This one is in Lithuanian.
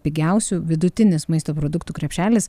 pigiausių vidutinis maisto produktų krepšelis